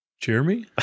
Jeremy